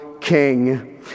king